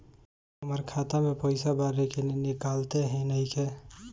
हमार खाता मे पईसा बा लेकिन निकालते ही नईखे?